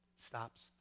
Stops